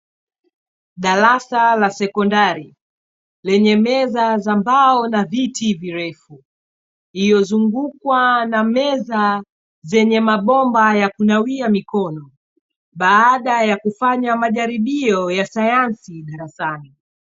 Darasa la sekondari lenye meza za mbao na viti virefu, iliyozungukwa na meza zenye mabomba ya kunawia mikono, baada ya kufanya majaribio ya sayansi darasani.